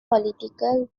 political